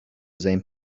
same